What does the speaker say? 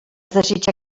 desitja